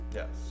yes